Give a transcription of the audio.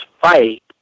fight